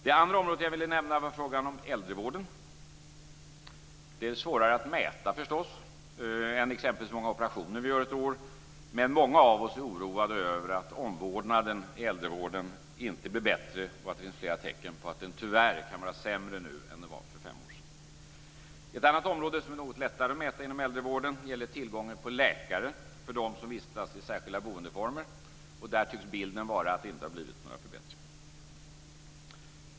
Det andra området jag ville nämna var frågan om äldrevården. Den är förstås svårare att mäta än hur många operationer vi gör på ett år, men många av oss är oroade över att omvårdnaden i äldrevården inte blir bättre och att det finns flera tecken på att den tyvärr kan vara sämre nu än den var för fem år sedan. Ett annat område, som är något lättare att mäta inom äldrevården, gäller tillgången på läkare för dem som vistas i särskilda boendeformer. Där tycks bilden vara att det inte har blivit några förbättringar.